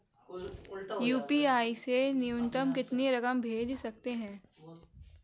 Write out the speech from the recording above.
UPI से न्यूनतम कितनी रकम भेज सकते हैं?